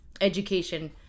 education